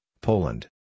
Poland